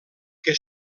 que